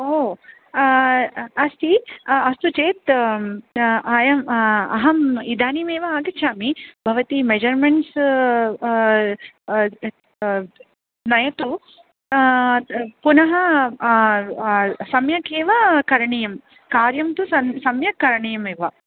ओ अस्ति अस्तु चेत् अयम् अहम् इदानीमेव आगच्छामि भवती मेज़रमेण्ट्स् नयतु पुनः सम्यक् एव करणीयं कार्यं तु सम्यक् करणीयम् एव